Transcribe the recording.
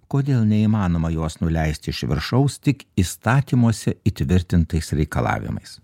kodėl neįmanoma jos nuleisti iš viršaus tik įstatymuose įtvirtintais reikalavimais